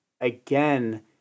again